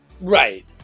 Right